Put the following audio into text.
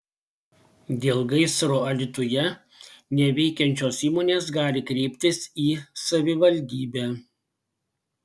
dėl gaisro alytuje neveikiančios įmonės gali kreiptis į savivaldybę